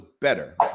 better